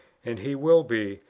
and he will be,